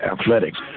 Athletics